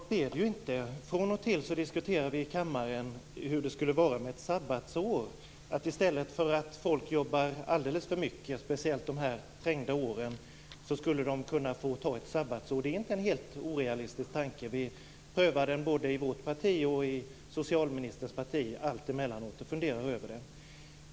Fru talman! Det är inte alldeles otänkbart. Från och till diskuterar vi i kammaren hur det skulle vara med ett sabbatsår. I stället för att folk jobbar alldeles för mycket, speciellt under de trängda åren, skulle man kunna få ta ett sabbatsår. Det är inte en alldeles orealistisk tanke. Vi prövar den både i vårt parti och i socialministerns parti emellanåt och funderar över den.